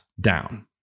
down